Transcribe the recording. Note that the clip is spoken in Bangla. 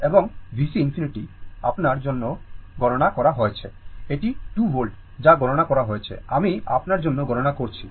এবং VC ∞ আপনার জন্য ও গণনা করা হয়েছে এটি 2 volt যা গণনা করা হয়েছে আমি আপনার জন্য গণনা করেছি